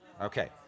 Okay